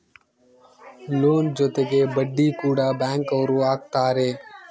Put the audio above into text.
loan ಜೊತೆಗೆ ಬಡ್ಡಿ ಕೂಡ ಬ್ಯಾಂಕ್ ಅವ್ರು ಹಾಕ್ತಾರೆ